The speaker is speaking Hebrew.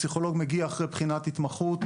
פסיכולוג מגיע אחרי בחינת התמחות,